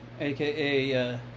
aka